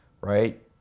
right